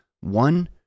One